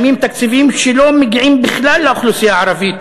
קיימים תקציבים שלא מגיעים בכלל לאוכלוסייה הערבית.